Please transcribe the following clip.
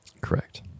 Correct